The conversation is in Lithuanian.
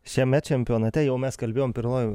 šiame čempionate jau mes kalbėjom pirmoj